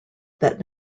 that